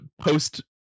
post